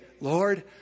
Lord